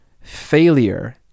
failure